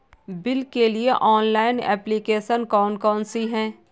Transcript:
Bill के लिए online application कौन कौन सी हैं?